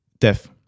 death